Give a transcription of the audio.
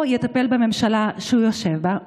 או יטפל בממשלה שהוא יושב בה,